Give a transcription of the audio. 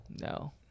No